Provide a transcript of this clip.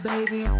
Baby